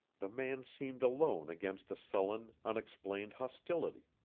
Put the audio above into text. the man seemed alone against a sullen, unexplained hostility.